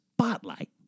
spotlight